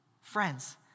Friends